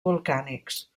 volcànics